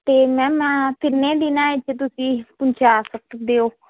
ਤੇ ਮੈਮ ਕਿੰਨੇ ਦਿਨਾਂ ਵਿੱਚ ਤੁਸੀਂ ਪਹੁੰਚਾ ਸਕਦੇ ਹੋ